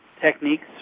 techniques